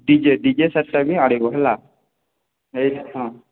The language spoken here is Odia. ଡି ଜେ ଡି ଜେ ସାତଟା ବି ଆଣିବ ହେଲା ଏଇଟା ହଁ